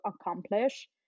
accomplish